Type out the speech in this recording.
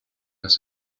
las